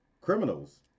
criminals